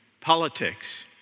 politics